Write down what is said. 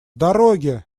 дороги